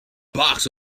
box